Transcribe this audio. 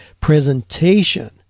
presentation